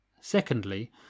Secondly